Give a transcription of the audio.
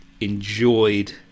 enjoyed